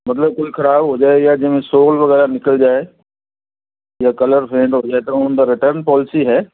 ਮਤਲਬ ਕੋਈ ਖਰਾਬ ਹੋ ਜਾਵੇ ਜਾਂ ਜਿਵੇਂ ਸੋਲ ਵਗੈਰਾ ਨਿਕਲ ਜਾਵੇ ਜਾਂ ਕਲਰ ਫੇਂਟ ਹੋ ਜਾਵੇ ਤਾਂ ਉਹਨਾਂ ਦਾ ਰਿਟਰਨ ਪੋਲਿਸੀ ਹੈ